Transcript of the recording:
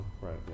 right